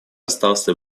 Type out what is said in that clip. остался